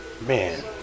Man